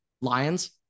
lions